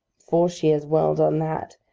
before she has well done that,